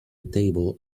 table